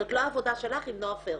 זאת לא עבודה שלך עם נעה פרסטר,